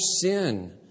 sin